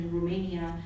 Romania